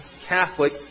Catholic